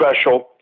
special